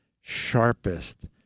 sharpest